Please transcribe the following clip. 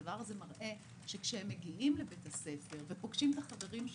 הדבר הזה מראה שכאשר הם מגיעים לבית הספר ופוגשים את החברים שלהם,